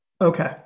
okay